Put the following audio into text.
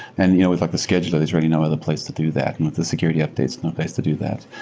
and you know with like the scheduler, there's really no other place to do that. and with the security updates, no place to do that.